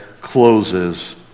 closes